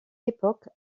époque